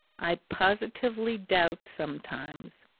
i positively doubt sometimes,